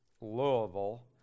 Louisville